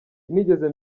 sinigeze